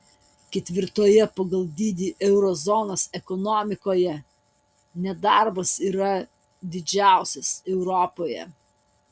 ketvirtoje pagal dydį euro zonos ekonomikoje nedarbas yra didžiausias europoje